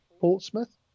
Portsmouth